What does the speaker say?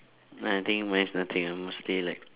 now I think mine is nothing uh mostly like